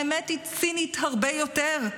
האמת היא צינית הרבה יותר: